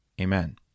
amen